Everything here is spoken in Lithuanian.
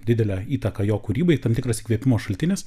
didelę įtaką jo kūrybai tam tikras įkvėpimo šaltinis